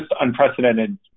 unprecedented